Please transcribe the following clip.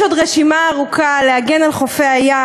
יש עוד רשימה ארוכה: להגן על חופי הים,